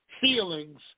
feelings